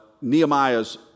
Nehemiah's